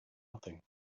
nothing